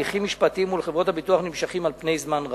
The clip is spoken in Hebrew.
הליכים משפטיים מול חברות הביטוח נמשכים זמן רב.